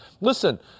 Listen